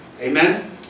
Amen